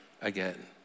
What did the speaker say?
again